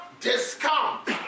discount